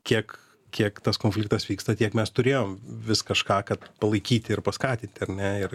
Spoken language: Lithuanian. kiek kiek tas konfliktas vyksta tiek mes turėjom vis kažką kad palaikyti ir paskatinti ar ne ir